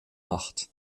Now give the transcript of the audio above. nacht